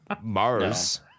Mars